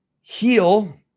heal